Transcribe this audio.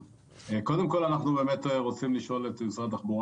קודם כל אנחנו באמת רוצים לשאול את משרד התחבורה